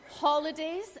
Holidays